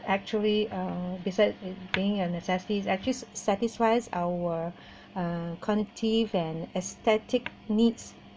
actually uh besides being and necessity actually satisfies our uh cognitive and aesthetic needs